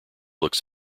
looks